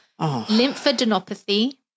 lymphadenopathy